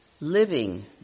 Living